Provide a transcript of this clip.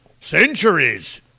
centuries